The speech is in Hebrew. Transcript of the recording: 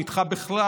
נדחה בכלל,